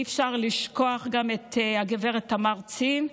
ואי-אפשר לשכוח גם את הגב' תמר צין.